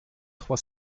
trois